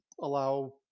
allow